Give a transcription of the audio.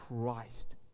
christ